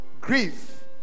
Grief